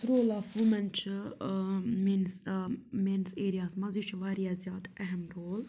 یُس role of women چھُ میٛٲنِس میٛٲنِس ایریا ہَس منٛز یہِ چھُ واریاہ زیادٕ اہم رول